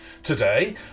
Today